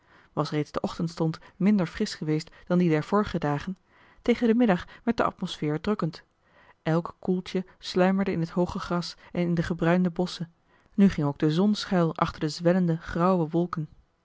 was reeds de ochtendstond minder frisch geweest dan die der vorige dagen tegen den middag werd de atmosfeer drukkend elk koeltje sluimerde in het hooge gras en in de gebruinde bosschen nu ging ook de zon schuil achter de zwellende grauwe wolken